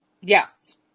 Yes